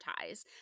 ties